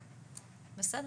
בסדר.